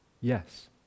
Yes